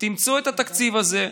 תמצאו את התקציב הזה,